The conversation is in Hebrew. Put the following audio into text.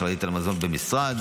אחראית על המזון במשרד,